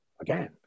again